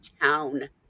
town